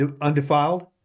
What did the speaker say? undefiled